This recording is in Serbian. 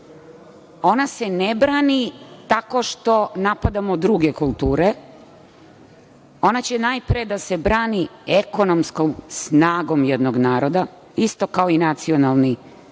ona se ne brani tako što napadamo druge kulture, ona će najpre da se brani ekonomskom snagom jednog naroda, isto kao i nacionalni